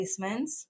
placements